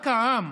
רק העם,